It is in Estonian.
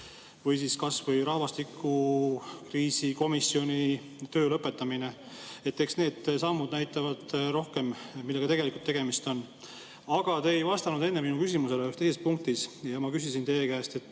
Või kas või rahvastikukriisi komisjoni töö lõpetamine. Eks need sammud näitavad, millega tegelikult tegemist on. Aga te ei vastanud enne mu küsimusele ühes punktis. Ma küsisin teie käest,